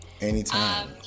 Anytime